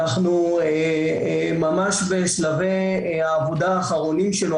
אנחנו ממש בשלבי העבודה האחרונים שלו,